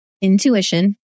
intuition